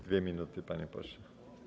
2 minuty, panie pośle.